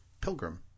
Pilgrim